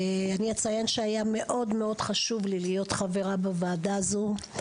אני אציין שהיה מאוד מאוד חשוב לי להיות חברה בוועדה הזו,